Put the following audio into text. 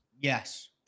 Yes